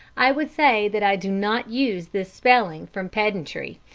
i would say that i do not use this spelling from pedantry.